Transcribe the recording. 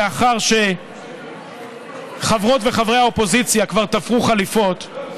לאחר שחברות וחברי האופוזיציה כבר תפרו חליפות,